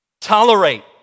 tolerate